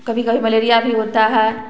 कभी कभी मलेरिया भी होता है